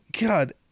God